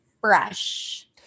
fresh